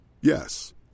Yes